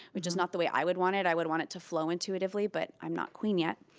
which is not the way i would want it. i would want it to flow intuitively, but i'm not queen yet,